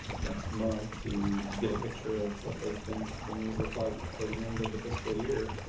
next month, to to get a picture of what they think things look like for the end of the fiscal year.